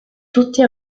tutte